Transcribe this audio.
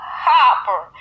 hopper